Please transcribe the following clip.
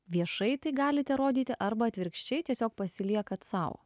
viešai tai galite rodyti arba atvirkščiai tiesiog pasiliekate sau